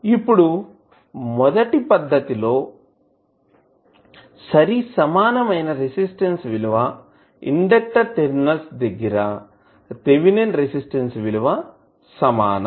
ఇప్పుడు మొదటి పద్ధతి లో సరిసమానమైన రెసిస్టన్స్ విలువ ఇండెక్టర్ టెర్మినల్స్ దగ్గర థేవినిన్ రెసిస్టన్స్ విలువ సమానం